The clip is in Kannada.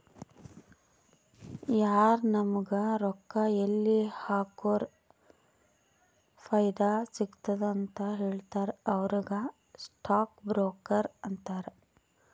ಯಾರು ನಾಮುಗ್ ರೊಕ್ಕಾ ಎಲ್ಲಿ ಹಾಕುರ ಫೈದಾ ಸಿಗ್ತುದ ಅಂತ್ ಹೇಳ್ತಾರ ಅವ್ರಿಗ ಸ್ಟಾಕ್ ಬ್ರೋಕರ್ ಅಂತಾರ